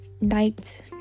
night